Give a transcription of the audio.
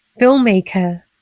filmmaker